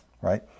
right